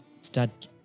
start